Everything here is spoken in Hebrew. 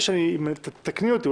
תקני אותי,